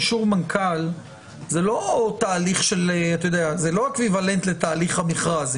אישור מנכ"ל זה לא אקוויוולנט לתהליך המכרז,